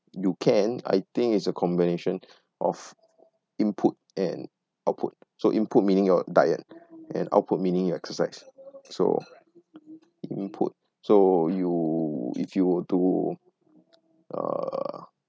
you can I think it's a combination of input and output so input meaning your diet and output meaning your exercise so input so you if you were to uh